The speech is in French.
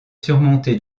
surmonté